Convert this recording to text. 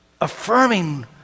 affirming